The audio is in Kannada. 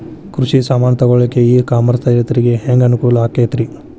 ಕೃಷಿ ಸಾಮಾನ್ ತಗೊಳಕ್ಕ ಇ ಕಾಮರ್ಸ್ ರೈತರಿಗೆ ಹ್ಯಾಂಗ್ ಅನುಕೂಲ ಆಕ್ಕೈತ್ರಿ?